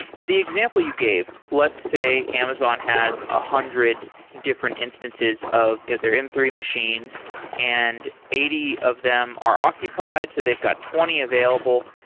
and the example you gave, let's say amazon has one ah hundred different instances of their m three machines and eighty of them are occupied. so they've got twenty available.